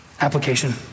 Application